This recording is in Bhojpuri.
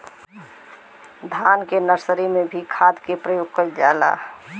धान के नर्सरी में भी खाद के प्रयोग कइल जाला?